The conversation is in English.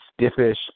stiffish